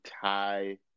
Thai